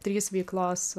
trys veiklos